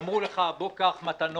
אמרו לך: בוא קח מתנות,